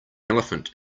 elephant